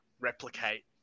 replicate